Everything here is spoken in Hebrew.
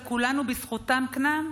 וכולנו בזכותם כאן,